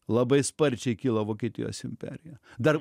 labai sparčiai kyla vokietijos imperija dar